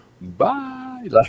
Bye